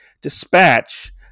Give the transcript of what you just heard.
dispatch